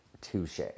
Touche